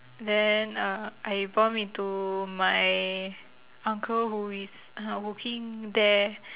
then uh I bump into my uncle who is uh working there